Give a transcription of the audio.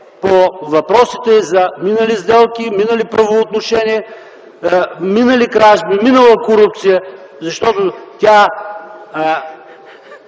по въпросите за минали сделки, минали правоотношения, минали кражби, минала корупция, защото тя